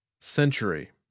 Century